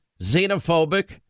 xenophobic